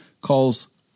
calls